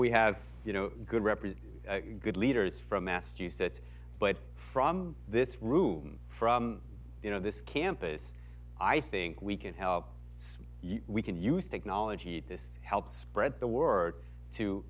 we have you know good represent good leaders from massachusetts but from this room from you know this campus i think we can say we can use technology this helps spread the word to